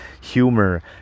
humor